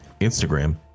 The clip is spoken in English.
Instagram